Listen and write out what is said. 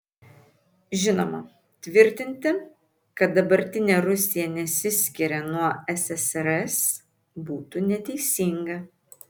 žinoma tvirtinti kad dabartinė rusija nesiskiria nuo ssrs būtų neteisinga